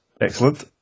excellent